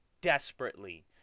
desperately